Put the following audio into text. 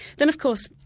then of course,